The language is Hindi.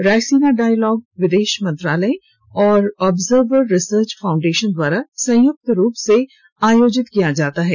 रायसीना डॉयलाग विदेश मंत्रालय और ऑब्जर्वर रिसर्च फाउंडेशन द्वारा संयुक्त रूप से आयोजित किया जाता है